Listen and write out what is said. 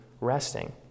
resting